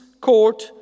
court